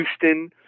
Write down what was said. Houston